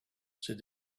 said